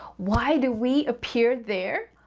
why do we appear there?